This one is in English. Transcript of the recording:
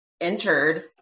entered